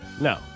No